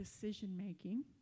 decision-making